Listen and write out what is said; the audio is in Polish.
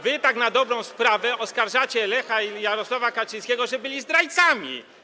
Wy tak na dobrą sprawę oskarżacie Lecha i Jarosława Kaczyńskich, że byli zdrajcami.